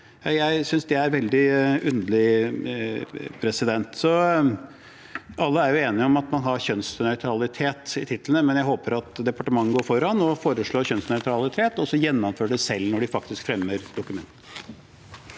Jeg synes det er veldig underlig. Alle er enige om at man har kjønnsnøytralitet i titlene, men jeg håper at departementet går foran og foreslår kjønnsnøytralitet, og så gjennomfører det selv, når de faktisk fremmer dokumentet.